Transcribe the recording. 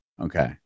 okay